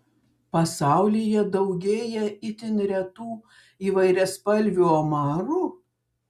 pasaulyje daugėja itin retų įvairiaspalvių omarų